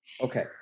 Okay